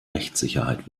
rechtssicherheit